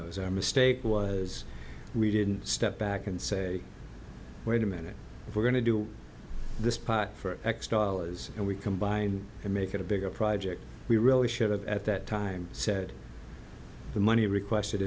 those our mistake was we didn't step back and say wait a minute we're going to do this part for x dollars and we combine to make it a bigger project we really should have that time said the money requested